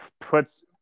puts